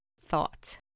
thought